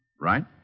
right